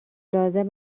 لازم